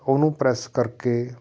ਉਹਨੂੰ ਪ੍ਰੈਸ ਕਰਕੇ